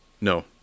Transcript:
No